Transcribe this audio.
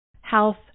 health